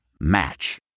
match